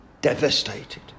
devastated